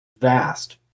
vast